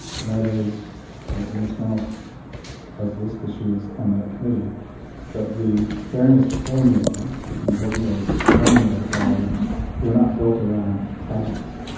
and that is and miss reynolds this because she was on that committee but the fairness formula that's an important word, formula, dollars were not built around projects.